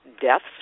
deaths